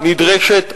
נדרשת עכשיו.